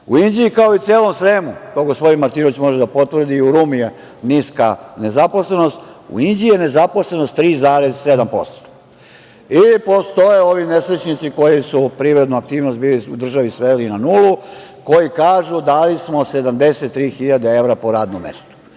Inđiji, kao i u celom Sremu, to gospodin Martinović može da potvrdi i u Rumi je niska nezaposlenost, u Inđiji je nezaposlenost 3,7%. Postoje ovi nesrećnici koji su privrednu aktivnost u državi sveli na nulu, koji kažu - dali smo 73 hiljade evra po radnom mestu.